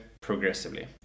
progressively